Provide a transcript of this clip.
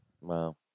Wow